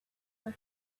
for